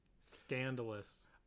scandalous